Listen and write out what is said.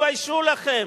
תתביישו לכם.